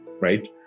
right